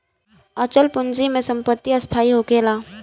अचल पूंजी में संपत्ति स्थाई होखेला